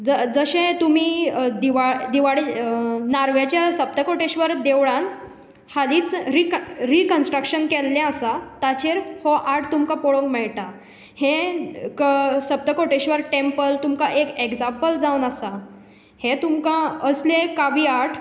जशें तुमी दिवा दिवाडी नारव्यांच्या सप्तकोटेश्वर देवळान हालींच रि रिकंनस्ट्रक्टशन केल्लें आसा ताचेर हो आर्ट तुमकां पळोवंक मेळटा हें सप्टकोटेश्वर टेंपल तुमकां एक एग्जांपल जावन आसा हें तुमकां असलें कावी आर्ट